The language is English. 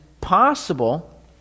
possible